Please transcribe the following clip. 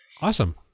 Awesome